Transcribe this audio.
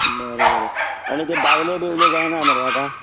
बरें बरें आनी ते बावल्यो बिवल्यो काय ना मरे आतां